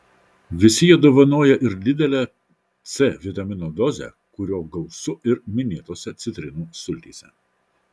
visi jie dovanoja ir didelę c vitamino dozę kurio gausu ir minėtose citrinų sultyse